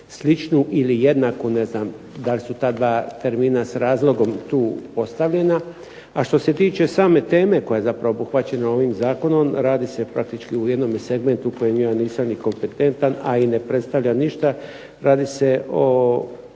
sličnu ili jednaku, ne znam dal su ta dva termina s razlogom tu postavljeno. A što se tiče same teme koja je zapravo obuhvaćena ovim zakonom, radi se praktički o jednome segmentu kojem ja nisam ni kompetentan, a i ne predstavlja ništa. radi se o